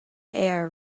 air